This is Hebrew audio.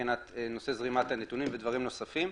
מבחינת נושא זרימת הנתונים ודברים נוספים.